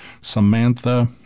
Samantha